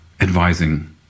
advising